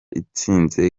itsinze